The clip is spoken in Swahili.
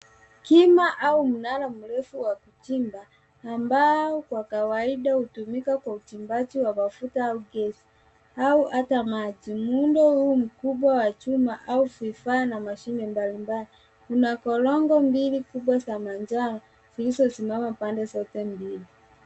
Kima au mnara mrefu wa kuchimba ambao kwa kawaida hutumika kwa uchimbaju wa mafuta au gesi au hata maji. Muundo huu mkubwa wa chuma au vifaa na mashine mbalimbali. Ku a korongo mbili za manjano zilizosimama pande zote mbili.